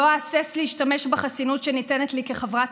לא אהסס להשתמש בחסינות שניתנת לי כחברת